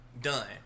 done